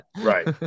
Right